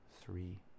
three